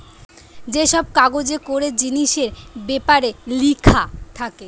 যে সব কাগজে করে জিনিসের বেপারে লিখা থাকে